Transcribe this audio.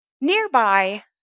nearby